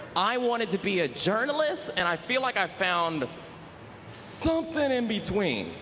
i wanted to be a journalist and i feel like i found something in between.